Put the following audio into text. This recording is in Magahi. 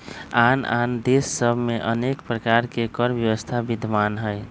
आन आन देश सभ में अनेक प्रकार के कर व्यवस्था विद्यमान हइ